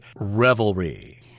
revelry